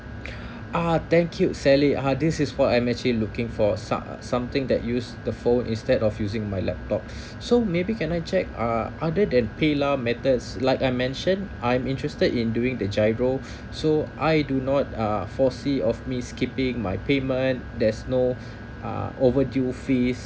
ah thank you sally uh this is what I'm actually looking for some uh something that use the phone instead of using my laptop so maybe can I check uh other than paylah methods like I mentioned I'm interested in doing the giro so I do not uh foresee of me skipping my payment there's no uh overdue fee